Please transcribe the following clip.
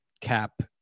cap